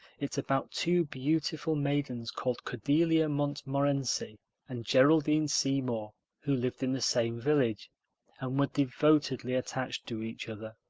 it's about two beautiful maidens called cordelia montmorency and geraldine seymour who lived in the same village and were devotedly attached to each other.